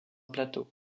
plateau